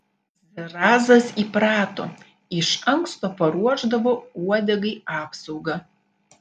zrazas įprato iš anksto paruošdavo uodegai apsaugą